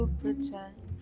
pretend